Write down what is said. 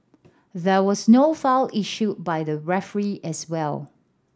there was no foul issued by the referee as well